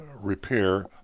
repair